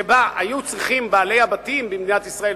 שבה היו צריכים בעלי הבתים במדינת ישראל,